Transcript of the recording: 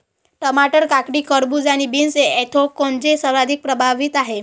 टमाटर, काकडी, खरबूज आणि बीन्स ऍन्थ्रॅकनोजने सर्वाधिक प्रभावित होतात